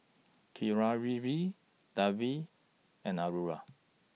Keeravani Devi and Aruna